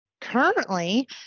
Currently